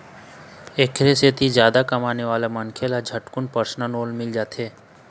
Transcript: एखरे सेती जादा कमाने वाला मनखे ल झटकुन परसनल लोन मिल जाथे